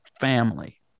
family